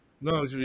No